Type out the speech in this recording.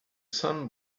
sun